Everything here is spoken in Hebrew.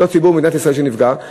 אותו ציבור במדינת ישראל שנפגע,